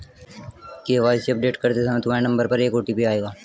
KYC update करते समय तुम्हारे नंबर पर एक ओ.टी.पी आएगा